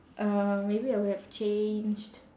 uh maybe I would have changed